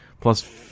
plus